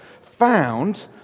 found